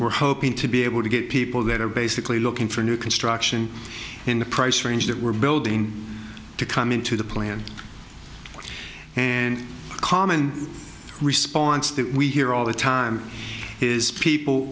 we're hoping to be able to get people that are basically looking for new construction in the price range that we're building to come into the plant and a common response that we hear all the time is people